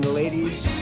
ladies